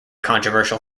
controversial